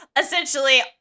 Essentially